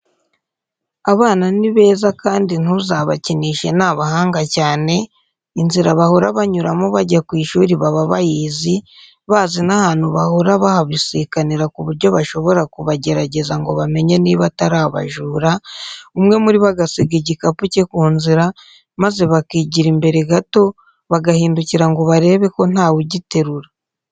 Abana ni beza kandi ntuzabakinishe ni abahanga cyane, inzira bahora banyuramo bajya ku ishuri baba bayizi, bazi n'abantu bahora bahabisikanira ku buryo bashobora kubagerageza ngo bamenye niba atari abajura, umwe muri bo agasiga igikapu cye ku nzira, maze bakigira imbere gato, bagahindukira ngo barebe ko ntawe ugiterura.